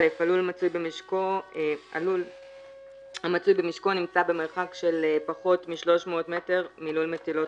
הלול המצוי במשקו נמצא במרחק של פחות מ-300 מטר מלול מטילות